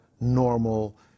normal